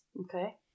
Okay